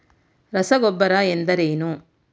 ರಸಗೊಬ್ಬರ ಎಂದರೇನು?